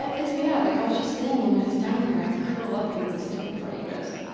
it's bad. like i was just saying when i was down here, i could curl up and go to sleep, in front of you guys.